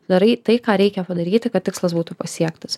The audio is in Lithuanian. darai tai ką reikia padaryti kad tikslas būtų pasiektas